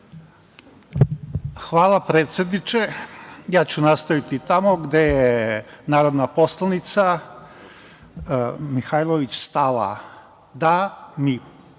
Hvala, predsedniče. Ja ću nastaviti tamo gde je narodna poslanica Mihailović stala. Da, mi